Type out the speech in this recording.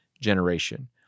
generation